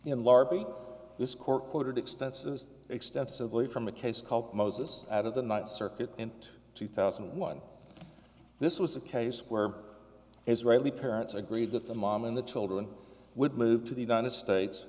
in larby this court ordered extensive extensively from a case called moses out of the ninth circuit and two thousand and one this was a case where israeli parents agreed that the mom and the children would move to the united states